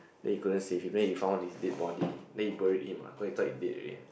then he couldn't save him then he found his dead body then he buried him ah cause he thought he dead already